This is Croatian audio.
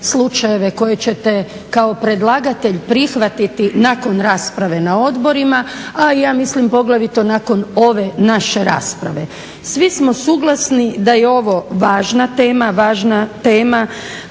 slučajeve koje ćete kao predlagatelj prihvatiti nakon rasprave na odborima, a ja mislim poglavito nakon ove naše rasprave. Svi smo suglasni da je ovo važna tema, važna tema